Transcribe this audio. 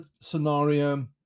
scenario